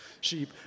sheep